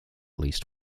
least